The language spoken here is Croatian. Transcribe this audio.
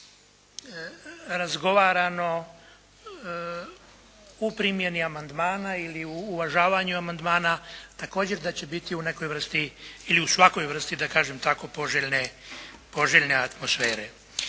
razgovarano u primjeni amandmana ili u uvažavanju amandmana također da će biti u nekoj vrsti ili u svakoj vrsti, da kažem tako poželjne atmosfere.